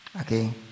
Okay